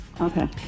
Okay